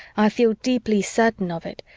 i feel deeply certain of it,